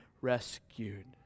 rescued